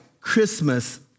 Christmas